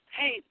hey